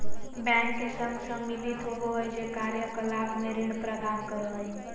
bank के संघ सम्मिलित होबो हइ जे कार्य कलाप में ऋण प्रदान करो हइ